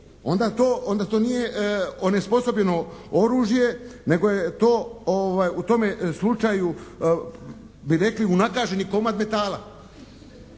onda to nije onesposobljeno oružje nego je to u tome slučaju bi rekli unakaženi komad metala.